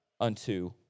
unto